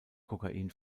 kokain